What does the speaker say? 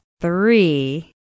Three